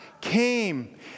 came